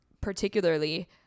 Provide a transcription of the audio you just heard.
particularly